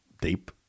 deep